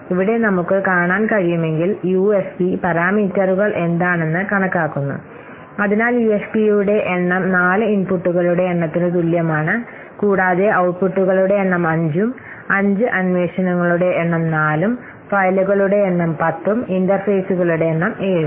ഇവിടെ നമുക്ക് കാണാൻ കഴിയുമെങ്കിൽ യുഎഫ്പി പാരാമീറ്ററുകൾ എന്താണെന്ന് കണക്കാക്കുന്നു അതിനാൽ യുഎഫ്പിയുടെ എണ്ണം 4 ഇൻപുട്ടുകളുടെ എണ്ണത്തിന് തുല്യമാണ് കൂടാതെ ഔട്ട്പുട്ടുകളുടെ എണ്ണം 5 ഉം 5 അന്വേഷണങ്ങളുടെ എണ്ണം 4 ഉം ഫയലുകളുടെ എണ്ണം 10 ഉം ഇന്റർഫേസുകളുടെ എണ്ണം 7 ഉം